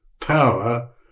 power